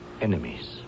enemies